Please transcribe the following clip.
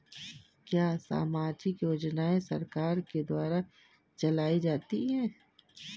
क्या सामाजिक योजनाएँ सरकार के द्वारा चलाई जाती हैं?